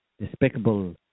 despicable